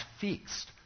fixed